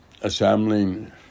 assembling